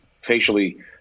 facially